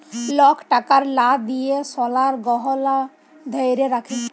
lock টাকার লা দিঁয়ে সলার গহলা ধ্যইরে রাখে